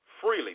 freely